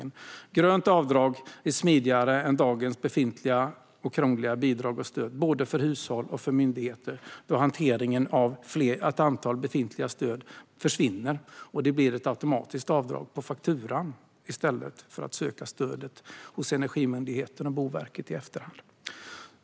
Ett grönt avdrag är smidigare än dagens befintliga krångliga bidrag och stöd både för hushåll och för myndigheter, eftersom hanteringen av ett antal befintliga stöd försvinner och det blir ett automatiskt avdrag på fakturan i stället för att man ska söka stödet hos Energimyndigheten och Boverket i efterhand.